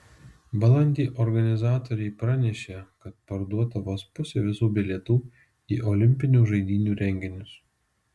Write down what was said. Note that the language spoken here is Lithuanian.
balandį organizatoriai pranešė kad parduota vos pusė visų bilietų į olimpinių žaidynių renginius